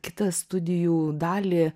kitą studijų dalį